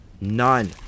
none